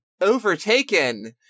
overtaken